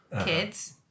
kids